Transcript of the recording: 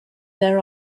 there